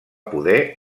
poder